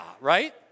Right